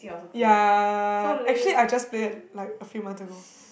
ya actually I just played like a few months ago